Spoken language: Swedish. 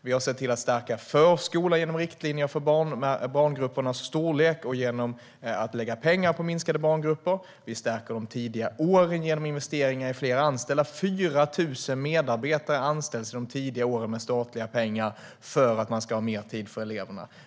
Vi har sett till att stärka förskolan genom riktlinjer för barngruppernas storlek och genom att lägga pengar på att satsa på mindre barngrupper. Vi stärker de tidiga åren genom investeringar i fler anställda. 4 000 medarbetare anställs med statliga pengar i de tidiga åren för att man ska ha mer tid för eleverna.